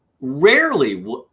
rarely